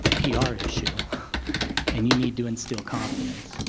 pr issue and you need to instill confidence.